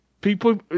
people